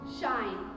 shine